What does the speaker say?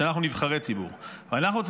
להגן על המדינה היהודית,